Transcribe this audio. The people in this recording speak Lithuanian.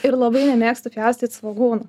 ir labai nemėgstu pjaustyt svogūnų